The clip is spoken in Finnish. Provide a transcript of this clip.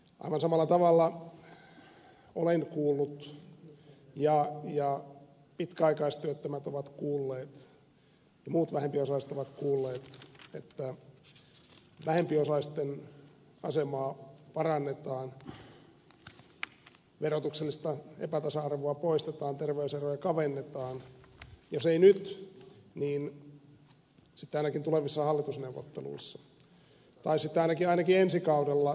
aivan samalla tavalla olen kuullut ja pitkäaikaistyöttömät ovat kuulleet ja muut vähempiosaiset ovat kuulleet että vähempiosaisten asemaa parannetaan verotuksellista epätasa arvoa poistetaan terveyseroja kavennetaan jos ei nyt niin sitten ainakin tulevissa hallitusneuvotteluissa tai sitten ainakin ensi kaudella